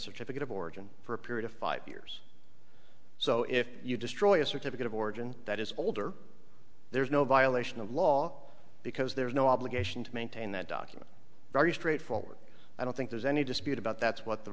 certificate of origin for a period of five years so if you destroy a certificate of origin that is older there is no violation of law because there is no obligation to maintain that document very straightforward i don't think there's any dispute about that's what the